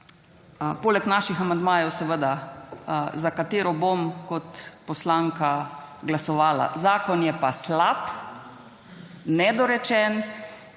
poleg naših amandmajev, seveda, za katero bom, kot poslanka, glasovala. Zakon je pa slab, nedorečen